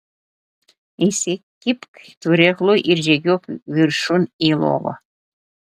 įsikibk turėklų ir žygiuok viršun į lovą